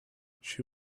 she